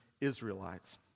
Israelites